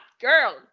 girl